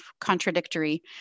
contradictory